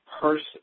person